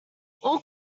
all